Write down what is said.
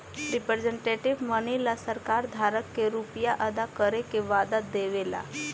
representative money ला सरकार धारक के रुपिया अदा करे के वादा देवे ला